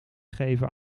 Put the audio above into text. geven